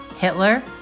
Hitler